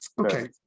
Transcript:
Okay